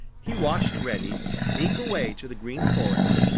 he watched reddy sneak away to the green forest,